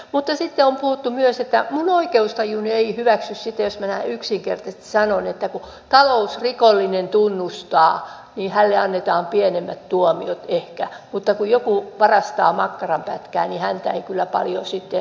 mutta sitten on puhuttu myös ja minun oikeustajuni ei hyväksy sitä jos minä näin yksinkertaisesti sanon että kun talousrikollinen tunnustaa niin hänelle annetaan pienemmät tuomiot ehkä mutta kun joku varastaa makkaranpätkän niin häntä ei kyllä paljon sitten armahdeta